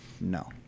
No